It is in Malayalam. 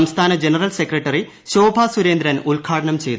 സംസ്ഥാന ജനറൽ സെക്രട്ടറി ശോഭ സുരേന്ദ്രൻ ഉദ്ഘാട നം ചെയ്തു